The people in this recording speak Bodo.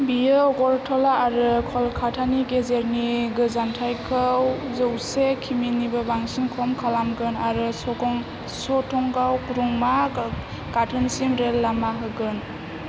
बियो अगरतला आरो कलकातानि गेजेरनि गोजानथाइखौ जौसे किमिनिबो बांसिन खम खालामगोन आरो चगं चटंगाव रुंमा गाथोनसिम रेल लामा होगोन